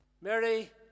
Mary